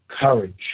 courage